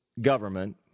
government